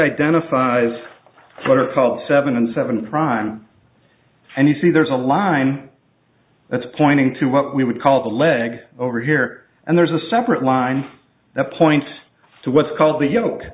identifies what are called seven and seven prime and you see there's a line that's pointing to what we would call the leg over here and there's a separate line that points to what's called the yolk